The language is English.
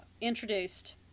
introduced